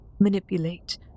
manipulate